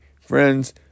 friends